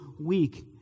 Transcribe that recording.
weak